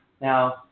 Now